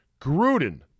Gruden